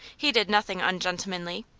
he did nothing ungentlemanly.